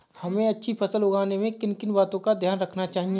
हमें अच्छी फसल उगाने में किन किन बातों का ध्यान रखना चाहिए?